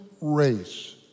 race